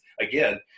again